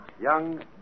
Young